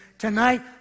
Tonight